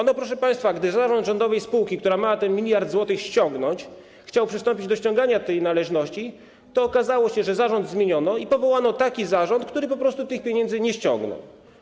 Ano proszę państwa, gdy zarząd rządowej spółki, która ma ten 1 mld zł ściągnąć, chciał przystąpić do ściągania tej należności, okazało się, że zarząd zmieniono i powołano taki zarząd, który tych pieniędzy nie ściągnął.